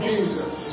Jesus